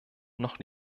noch